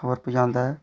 खबर पजांदा ऐ